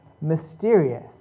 mysterious